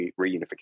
reunification